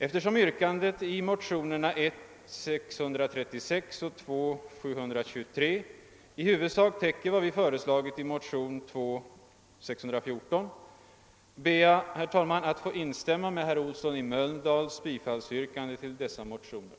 Eftersom yrkandet i motionerna I: 636 och II: 723 i huvudsak täcker vad vi har föreslagit i motionen II: 614, ber jag, herr talman, att få instämma med herr Olssons i Mölndal bifallsyrkande till dessa motioner.